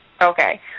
Okay